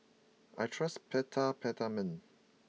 I trust peta Peptamen